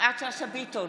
יפעת שאשא ביטון,